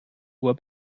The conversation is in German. uhr